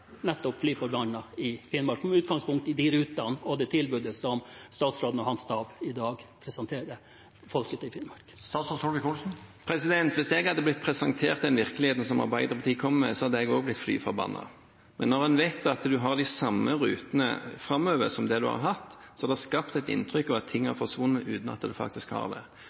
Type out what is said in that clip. rutene og det tilbudet som statsråden og hans stab i dag presenterer folket i Finnmark? Hvis jeg hadde blitt presentert den virkeligheten som Arbeiderpartiet kommer med, hadde jeg også blitt fly forbannet. Men når en vet at en har de samme rutene framover som det en har hatt, er det skapt et inntrykk av at ting har forsvunnet, uten at de faktisk har det.